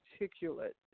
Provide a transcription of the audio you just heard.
articulate